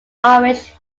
irish